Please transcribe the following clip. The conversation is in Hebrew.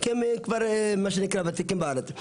כי הם כבר מה שנקרא וותיקים בארץ,